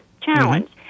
challenge